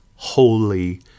holy